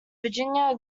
virginia